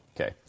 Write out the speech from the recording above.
Okay